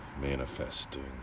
Manifesting